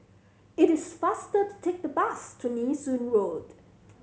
it is faster to take the bus to Nee Soon Road